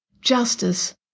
justice